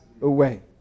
away